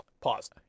Pause